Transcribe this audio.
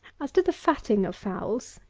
as to the fatting of fowls,